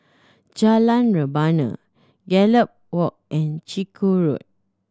Jalan Rebana Gallop Walk and Chiku Road